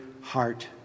heart